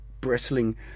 bristling